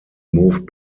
moved